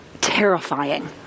terrifying